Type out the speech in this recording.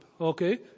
Okay